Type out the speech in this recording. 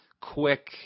quick